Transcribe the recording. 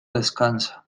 descansa